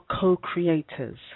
co-creators